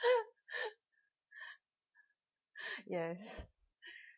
yes